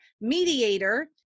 mediator